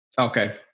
Okay